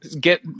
get